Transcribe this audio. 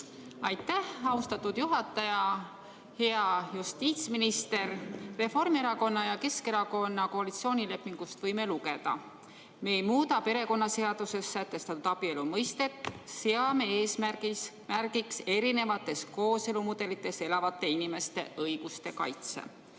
Aitäh, austatud juhataja! Hea justiitsminister! Reformierakonna ja Keskerakonna koalitsioonilepingust võime lugeda: "Me ei muuda perekonnaseaduses sätestatud abielu mõistet. Seame eesmärgiks erinevates kooselumudelites elavate inimeste õiguste kaitse."